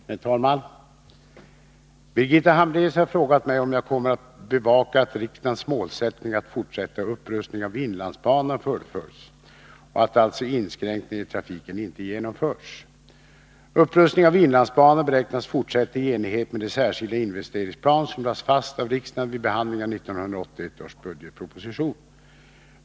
Herr talman! Birgitta Hambraeus har frågat mig om jag kommer att bevaka att riksdagens målsättning att fortsätta upprustningen av inlandsbanan fullföljs och att alltså inskränkningar i trafiken inte genomförs. Upprustningen av inlandsbanan beräknas fortsätta i enlighet med den särskilda investeringsplan som lades fast av riksdagen vid behandlingen av 1981 års budgetproposition.